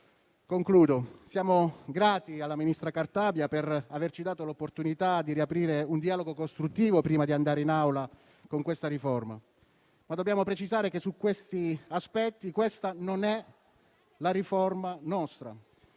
Concludo. Siamo grati alla ministra Cartabia per averci dato l'opportunità di riaprire un dialogo costruttivo, prima di andare in Aula con questa riforma. Ma dobbiamo precisare che su questi aspetti questa non è la nostra